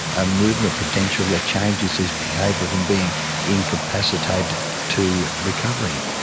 ah movement potential that changes his behaviour from being incapacitated to recovering.